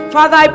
Father